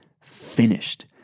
finished